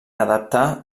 adaptar